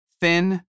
thin